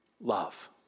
love